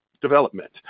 Development